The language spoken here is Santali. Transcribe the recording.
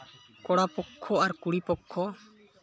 ᱠᱚᱲᱟ ᱯᱚᱠᱠᱷᱚ ᱟᱨ ᱠᱩᱲᱤ ᱯᱚᱠᱠᱷᱚ